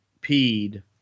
peed